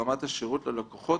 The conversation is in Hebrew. ברמת השירות ללקוחות,